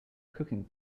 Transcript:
cooking